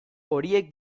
horiek